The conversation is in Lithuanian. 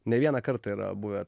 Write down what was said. ne vieną kartą yra buvę